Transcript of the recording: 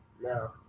No